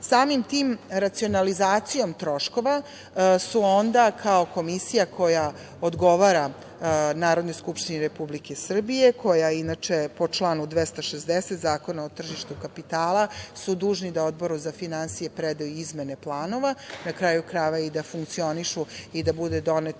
Samim tim, racionalizacijom troškova su onda kao Komisija, koja odgovara Narodnoj Skupštini Republike Srbije, koja je inače po članu 260. Zakona o tržištu kapitala je dužna da Odboru za finansije preda izmene planova, na kraju krajeva i da funkcionišu i da bude donet